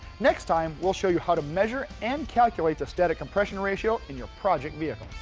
next time we'll show you how to measure and calculate the static compression ratio in your project vehicle.